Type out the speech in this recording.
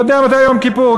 הוא יודע מתי יום כיפור,